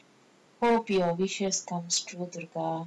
hope your wishes comes true dudar